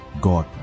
god